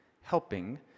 helping